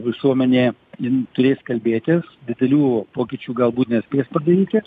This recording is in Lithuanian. visuomenė jin turės kalbėtis didelių pokyčių galbūt nespės padaryti